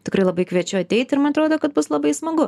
tikrai labai kviečiu ateit ir man atrodo kad bus labai smagu